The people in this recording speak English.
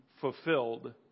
fulfilled